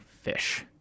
fish